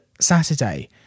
Saturday